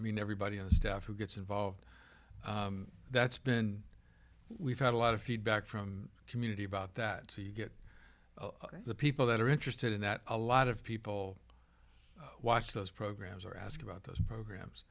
mean everybody on the staff who gets involved that's been we've had a lot of feedback from community about that so you get the people that are interested in that a lot of people watch those programs or ask about those programs